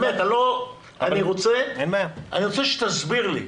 באמת, אני רוצה שתסביר לי.